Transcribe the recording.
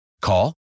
Call